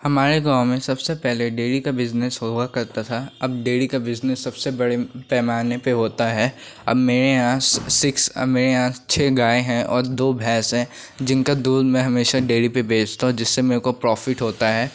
हमारे गाँव में सबसे पहले डेरी का बिज़नेस हुआ करता था अब डेरी का बिज़नेस सबसे बड़े पैमाने पर होता है अब मेरे यहाँ सिक्स मेरे आस छः गाय हैं और दो भैंस हैं जिनका दूध मैं हमेशा डेरी पर बेचता हूँ जिससे मेरे को प्रॉफिट होता है